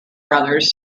brothers